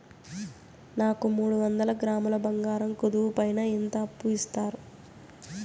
నాకు మూడు వందల గ్రాములు బంగారం కుదువు పైన ఎంత అప్పు ఇస్తారు?